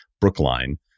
Brookline